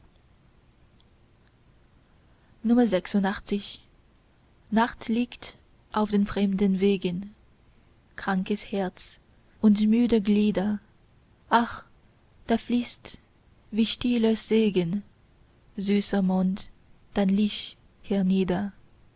nacht liegt auf den fremden wegen krankes herz und müde glieder ach da fließt wie stiller segen süßer mond dein licht